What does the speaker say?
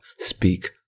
speak